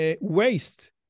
waste